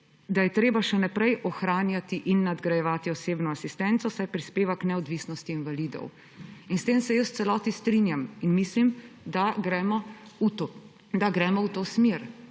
da je treba še naprej ohranjati in nadgrajevati osebno asistenco, saj prispeva k neodvisnosti invalidov. In s tem se jaz v celoti strinjam in mislim, da gremo v to smer.